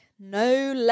no